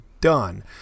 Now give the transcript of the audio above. done